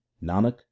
Nanak